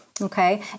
okay